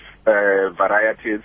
Varieties